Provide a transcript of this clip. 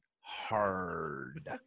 hard